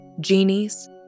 genies